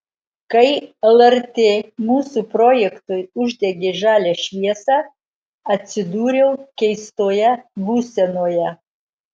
kai lrt mūsų projektui uždegė žalią šviesą atsidūriau keistoje būsenoje